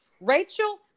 Rachel